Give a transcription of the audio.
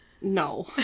No